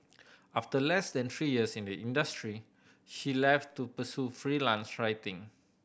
after less than three years in the industry she left to pursue freelance writing